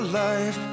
life